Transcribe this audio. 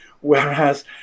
Whereas